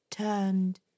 turned